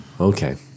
Okay